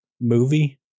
movie